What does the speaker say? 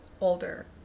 older